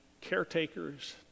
caretakers